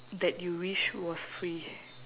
that you wish was free